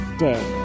day